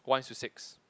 one is to six